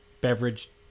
beverage